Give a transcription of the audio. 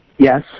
Yes